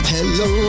Hello